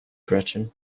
gretchen